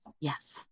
Yes